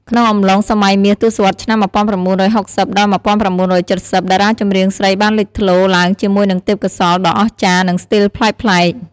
ក្នុងអំឡុងសម័យមាស ទសវត្សរ៍ឆ្នាំ ១៩៦០ ដល់ ១៩៧០ តារាចម្រៀងស្រីបានលេចធ្លោឡើងជាមួយនឹងទេពកោសល្យដ៏អស្ចារ្យ និងស្ទីលប្លែកៗ។